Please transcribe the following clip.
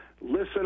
listen